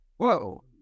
Whoa